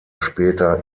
später